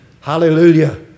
Hallelujah